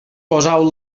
poseu